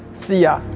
see ya!